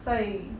所以